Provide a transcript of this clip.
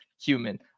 human